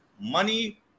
money